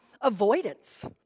avoidance